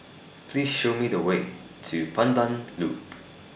Please Show Me The Way to Pandan Loop